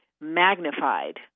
magnified